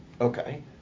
Okay